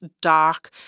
dark